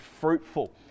fruitful